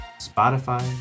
Spotify